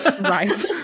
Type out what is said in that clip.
Right